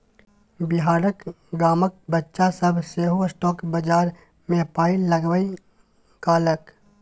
बिहारक गामक बच्चा सभ सेहो स्टॉक बजार मे पाय लगबै लागल